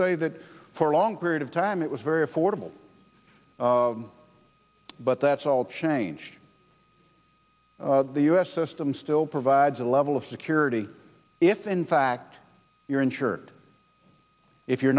say that for a long period of time it was very affordable but that's all changed the u s system still provides a level of security if in fact you're insured if you're